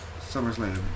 SummerSlam